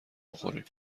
بخوریم